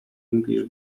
english